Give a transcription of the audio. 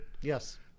Yes